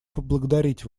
поблагодарить